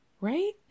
Right